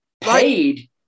paid